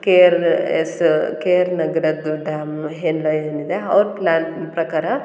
K R S K R ನಗರದ್ದು dam ಎಲ್ಲ ಏನು ಇದೆ ಅವ್ರ ಪ್ಲ್ಯಾನ್ ಪ್ರಕಾರ